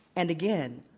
and again,